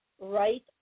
right